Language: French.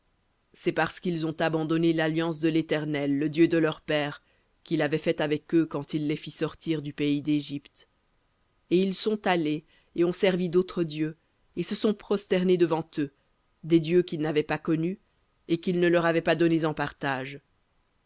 c'est parce qu'ils ont abandonné l'alliance de l'éternel le dieu de leurs pères qu'il avait faite avec eux quand il les fit sortir du pays dégypte et ils sont allés et ont servi d'autres dieux et se sont prosternés devant eux des dieux qu'ils n'avaient pas connus et qu'il ne leur avait pas donnés en partage